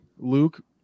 luke